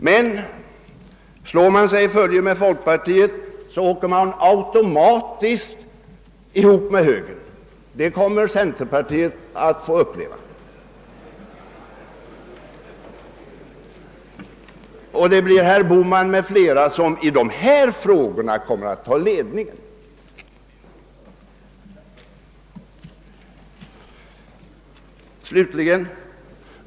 Men slår man sig i följe med folkpartiet, åker man automatiskt ihop med högern; det kommer centerpartiet att få uppleva. Det blir herr Bohman m.fl. som i dessa frågor tar ledningen.